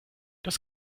das